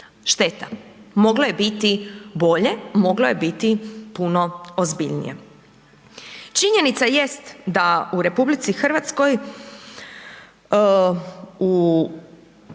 Šteta, moglo je biti bolje, moglo je biti puno ozbiljnije. Činjenica jest da RH u, kada govorimo